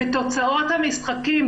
בתוצאות המשחקים,